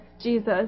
Jesus